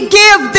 give